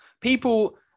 people